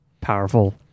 powerful